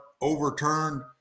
overturned